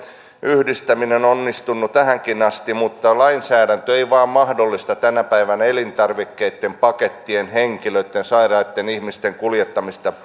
yhdistäminen on onnistunut tähänkin asti mutta lainsäädäntö ei vain mahdollista tänä päivänä elintarvikkeitten pakettien henkilöitten sairaitten ihmisten kuljettamista